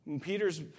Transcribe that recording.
Peter's